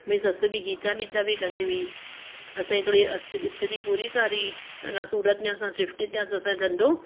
मुंहिंजी सस बि खीचा वीचा बि कंदी हुई असांजी थोरी स्थिती बुरी सारी अञा सूरत में असां शिफ्ट थियासीं असांजो धंधो